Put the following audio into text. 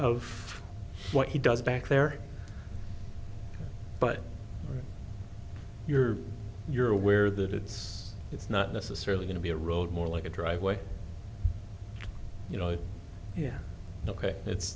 of what he does back there but you're you're aware that it's it's not necessarily going to be a road more like a driveway you know yeah ok